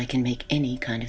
i can make any kind of